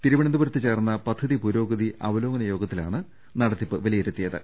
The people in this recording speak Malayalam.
തിരുവ്നന്തപുരത്ത് ചേർന്ന പദ്ധതി പുരോഗതി അവലോകന യോഗത്തിലാണ് പദ്ധതി നടത്തിപ്പ് വിലയി രുത്തിയത്